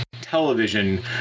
television